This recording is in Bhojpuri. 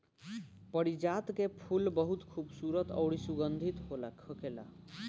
पारिजात के फूल बहुत खुबसूरत अउरी सुगंधित होखेला